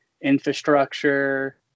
infrastructure